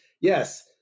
yes